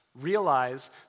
realize